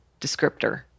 descriptor